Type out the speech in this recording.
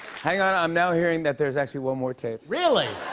hang on. i'm now hearing that there's actually one more tape. really?